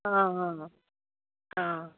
ହଁ ହଁ ହଁ ହଁ